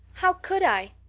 how could i?